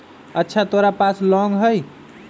अच्छा तोरा पास लौंग हई?